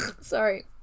Sorry